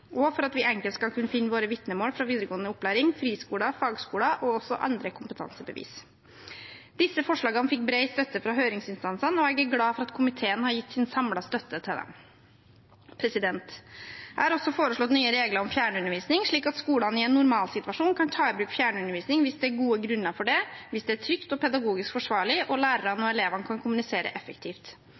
og for at vi enkelt skal kunne finne våre vitnemål fra videregående opplæring, friskoler og fagskoler og også andre kompetansebevis. Disse forslagene fikk bred støtte fra høringsinstansene, og jeg er glad for at komiteen har gitt sin samlede støtte til dem. Jeg har også foreslått nye regler om fjernundervisning, slik at skolene i en normalsituasjon kan ta i bruk fjernundervisning hvis det er gode grunner for det, hvis det er trygt og pedagogisk forsvarlig og læreren og elevene kan kommunisere effektivt.